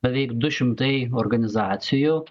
beveik du šimtai organizacijų